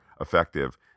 effective